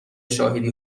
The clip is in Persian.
شاهدی